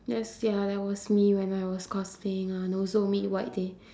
yes ya that was me when I was cosplaying ah and also meet white day